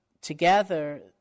together